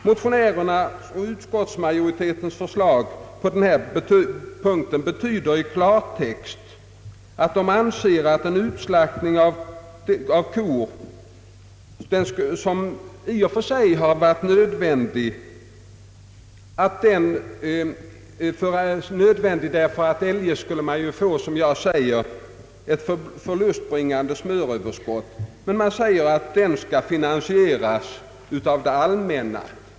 Motionärernas och utskottsmajoritetens förslag på denna punkt betyder i klartext att de anser, att den utslaktning av kor, som i och för sig har varit nödvändig därför att det eljest skulle ha uppstått ett, som jag ser det, förlustbringande smöröverskott, skall finansieras av det allmänna.